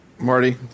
Marty